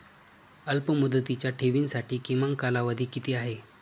अल्पमुदतीच्या ठेवींसाठी किमान कालावधी किती आहे?